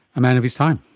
a man of his time.